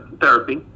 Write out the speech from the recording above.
therapy